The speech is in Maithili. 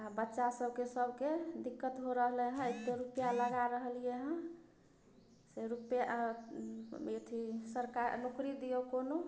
आओर बच्चासभकेँ सभकेँ दिक्कत हो रहलै हँ एतेक रुपैआ लगा रहलिए हँ रुपैआ अथी सरकार नोकरी दिऔ कोनो